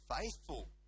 faithful